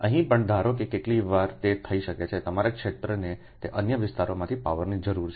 અહીં પણ ધારો કે કેટલીકવાર તે થઈ શકે છે તમારા ક્ષેત્રને તે અન્ય વિસ્તારોમાંથી પાવરની જરૂર છે